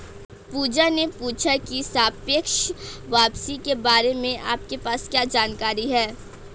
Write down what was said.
पूजा ने पूछा की सापेक्ष वापसी के बारे में आपके पास क्या जानकारी है?